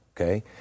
okay